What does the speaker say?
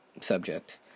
subject